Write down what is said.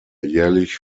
jährlich